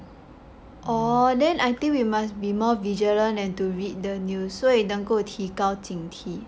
orh then I think we must be more vigilant and to read the news 所以能够提高警惕